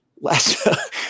last